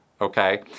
okay